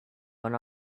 went